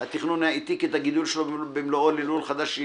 התכנון העתיק את הגידול שלו במלואו ללול חדש,